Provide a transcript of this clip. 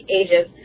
ages